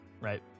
right